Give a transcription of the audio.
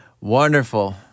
Wonderful